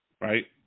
right